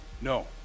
no